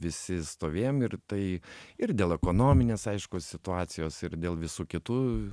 visi stovėjom ir tai ir dėl ekonominės aišku situacijos ir dėl visų kitų